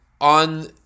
on